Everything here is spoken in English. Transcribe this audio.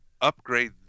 upgrade